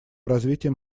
развитием